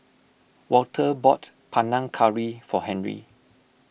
Walter bought Panang Curry for Henry